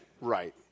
right